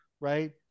right